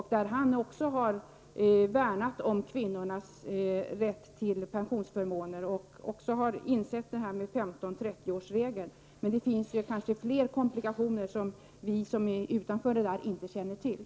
Han har också värnat om kvinnornas rätt till pensionsförmåner och även insett vikten av 15/30-årsregeln. Men det finns kanske fler komplikationer som vi som står utanför beredningen inte känner till.